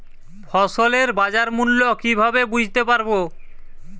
ফসলের বাজার মূল্য কিভাবে বুঝতে পারব?